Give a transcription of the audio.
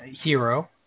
hero